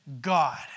God